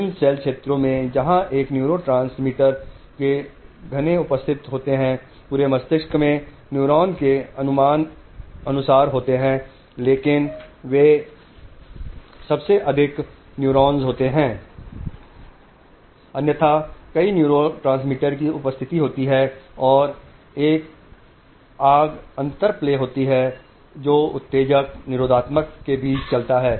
इन cell क्षेत्रों में जहां एक न्यूरोट्रांसमीटर के घने क्षेत्र उपस्थिति होते हैं पूरे मस्तिष्क में न्यूरॉन प्रक्षेपित होते हैं लेकिन अधिकतर न्यूरॉन्स में कई तरह के न्यूरोट्रांसमीटर की उपस्थिति होती है और एक फायर इंटरप्ले होता है जो उत्तेजक निरोधात्मक के बीच चलता रहता है